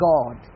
God